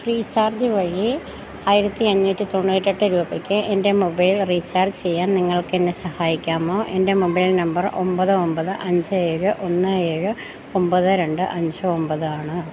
free charge വഴി ആയിരത്തി അഞ്ഞൂറ്റി തൊണ്ണൂറ്റെട്ട് രൂപയ്ക്ക് എൻ്റെ മൊബൈൽ റീചാർജ് ചെയ്യാൻ നിങ്ങൾക്കെന്നെ സഹായിക്കാമോ എൻ്റെ മൊബൈൽ നമ്പർ ഒമ്പത് ഒമ്പത് അഞ്ച് ഏഴ് ഒന്ന് ഏഴ് ഒമ്പത് രണ്ട് അഞ്ച് ഒമ്പതാണ്